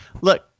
Look